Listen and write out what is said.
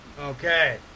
Okay